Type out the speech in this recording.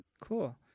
Cool